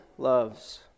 loves